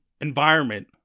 environment